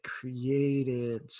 created